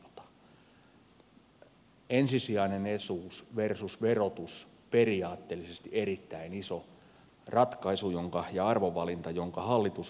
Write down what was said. ensisijainen etuus versus verotus tämä on periaatteellisesti erittäin iso ratkaisu ja arvovalinta jonka hallitus on tehnyt